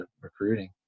recruiting